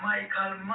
Michael